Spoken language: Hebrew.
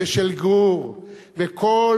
ושל גור, וכל